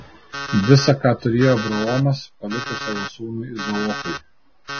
visa ką turėjo abraomas paliko savo sūnui izaokui